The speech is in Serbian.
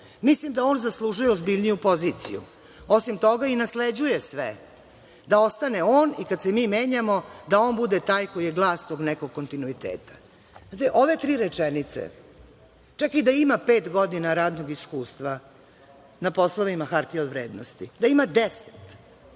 Mislim da on zaslužuje ozbiljniju poziciju. Osim toga, i nasleđuje sve, da ostane on i kada se mi menjamo, da on bude taj koji je glas tog nekog kontinuiteta“.Ove tri rečenice, čak i da ima pet godina radnog iskustva na poslovima hartija od vrednosti, da ima 10,